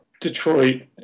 Detroit